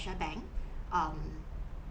bank um